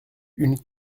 une